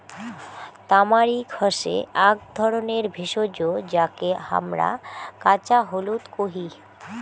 তামারিক হসে আক ধরণের ভেষজ যাকে হামরা কাঁচা হলুদ কোহি